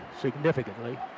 significantly